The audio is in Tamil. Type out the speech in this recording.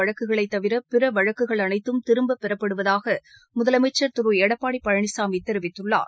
வழக்குகளை தவிர பிற வழக்குகள் அளைத்தும் திரும்பப் பெறப்படுவதாக முதலமைச்சர் திரு எடப்பாடி பழனிசாமி தெரிவித்துள்ளார்